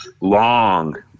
long